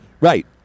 right